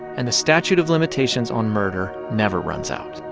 and the statute of limitations on murder never runs out